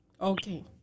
Okay